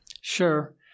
Sure